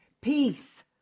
Peace